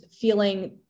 feeling